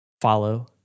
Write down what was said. follow